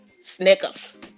Snickers